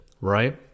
right